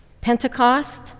Pentecost